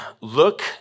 look